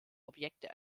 objekte